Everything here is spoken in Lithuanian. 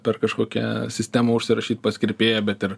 per kažkokią sistemą užsirašyt pas kirpėją bet ir